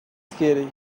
scary